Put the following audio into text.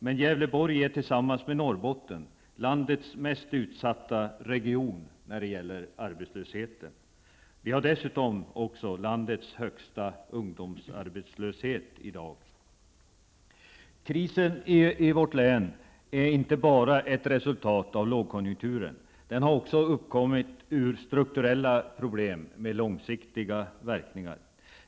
Men Gävleborg är tillsammans med Norrbotten landets mest utsatta region när det gäller arbetslösheten. Vi har dessutom landets högsta ungdomsarbetslöshet i dag. Krisen i vårt län är inte bara ett resultat av lågkonjunkturen. Den har också uppkommit ur strukturella problem med långsiktiga verkningar.